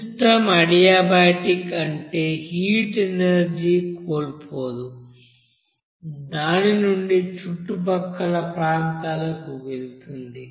system adiabatic అంటే heat energy కోల్పోదు దాని నుండి చుట్టుపక్కల ప్రాంతాలకు వెళుతుంది